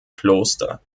kloster